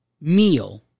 meal